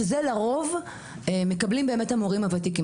שאת זה לרוב מקבלים המורים הוותיקים.